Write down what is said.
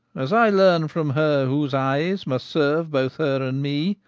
as i learn from her whose eyes must serve both her and me,